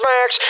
Max